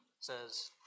says